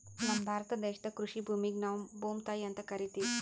ನಮ್ ಭಾರತ ದೇಶದಾಗ್ ಕೃಷಿ ಭೂಮಿಗ್ ನಾವ್ ಭೂಮ್ತಾಯಿ ಅಂತಾ ಕರಿತಿವ್